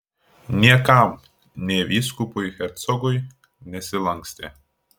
niekam nė vyskupui hercogui nesilankstė